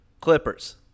Clippers